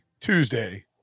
tuesday